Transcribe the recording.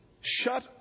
shut